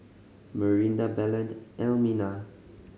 Marinda Belen and Elmina